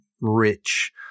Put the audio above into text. rich